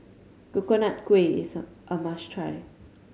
Coconut Kuih is a must try